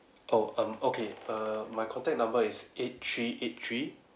oh um okay err my contact number is eight three eight three